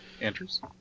Andrews